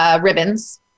ribbons